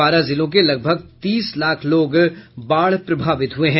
बारह जिलों के लगभग तीस लाख लोग बाढ़ प्रभावित हुए है